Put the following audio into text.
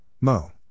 Mo